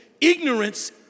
ignorance